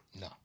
No